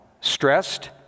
Stressed